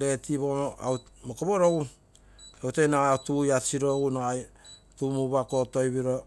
ret pogomma au mokoporogu, egu toi nagai ako tegu pasiro egu nagai ako tuu mugu pa kotoipiro.